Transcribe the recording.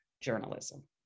journalism